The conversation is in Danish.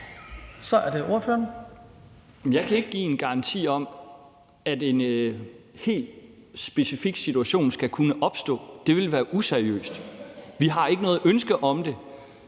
Pedersen (V): Jeg kan ikke give en garanti om, at en helt specifik situation ikke skal kunne opstå. Det ville være useriøst. Vi har ikke noget ønske om det.